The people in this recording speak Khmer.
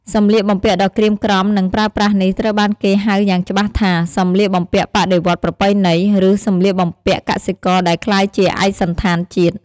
សម្លៀកបំពាក់ដ៏ក្រៀមក្រំ និងប្រើប្រាស់នេះត្រូវបានគេហៅយ៉ាងច្បាស់ថា "សម្លៀកបំពាក់បដិវត្តន៍ប្រពៃណី" ឬ "សម្លៀកបំពាក់កសិករដែលក្លាយជាឯកសណ្ឋានជាតិ"។